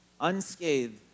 unscathed